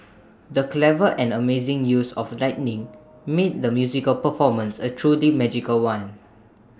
the clever and amazing use of lighting made the musical performance A truly magical one